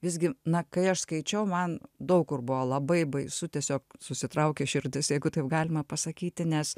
visgi na kai aš skaičiau man daug kur buvo labai baisu tiesiog susitraukia širdis jeigu taip galima pasakyti nes